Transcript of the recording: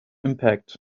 impact